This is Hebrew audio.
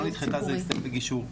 לא נדחתה, זה הסתיים בגישור.